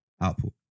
output